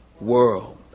world